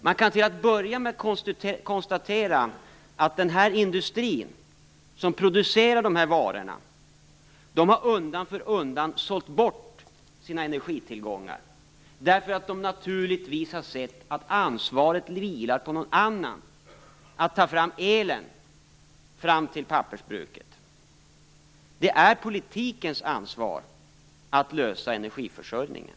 Man kan till att börja med konstatera att den industri som producerar de här varorna har undan för undan sålt bort sina energitillgångar, naturligtvis därför att den har sett att ansvaret för att ta fram elen fram till pappersbruket vilar på någon annan. Det är politikens ansvar att lösa energiförsörjningen.